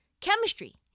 chemistry